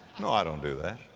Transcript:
no i don't do that.